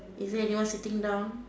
is there anyone sitting down